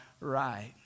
right